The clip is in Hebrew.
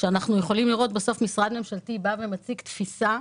שאנחנו יכולים לראות כאשר בסוף משרד ממשלתי בא ומציג תפיסה?